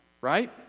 right